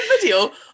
video